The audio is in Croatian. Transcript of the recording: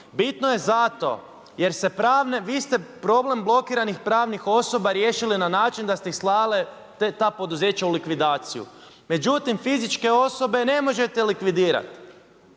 Bitno je zato, vi ste problem blokiranih pravnih osoba riješili na način da ste ih slali ta poduzeća u likvidaciju. Međutim, fizičke osobe ne možete likvidirat.